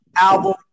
album